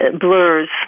blurs